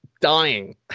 dying